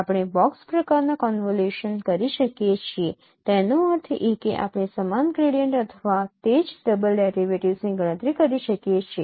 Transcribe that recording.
આપણે બોક્સ પ્રકારનાં કોન્વોલ્યુશન કરી શકીએ છીએ તેનો અર્થ એ કે આપણે સમાન ગ્રેડિયન્ટ અથવા તે જ ડબલ ડેરિવેટિવ્ઝની ગણતરી કરી શકીએ છીએ